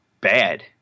bad